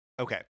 Okay